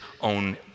own